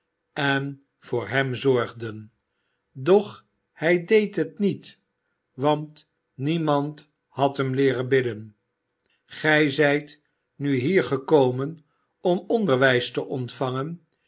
en voor hem zorgden doch hij deed het niet want niemand had hem leeren bidden gij zijt nu hier gekomen om onderwijs te ontvangen